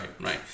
right